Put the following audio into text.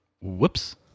whoops